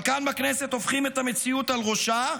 אבל כאן בכנסת הופכים את המציאות על ראשה,